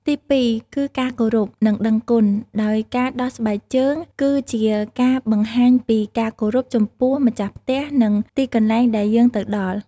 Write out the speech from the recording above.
ទីពីរ គឺការគោរព និងដឹងគុណ ដោយការដោះស្បែកជើងគឺជាការបង្ហាញពីការគោរពចំពោះម្ចាស់ផ្ទះ និងទីកន្លែងដែលយើងទៅដល់។